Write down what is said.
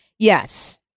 Yes